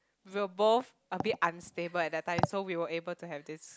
we were both a bit unstable at that time so we were able to have this